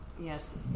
Yes